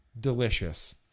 Delicious